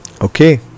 Okay